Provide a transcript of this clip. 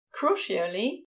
Crucially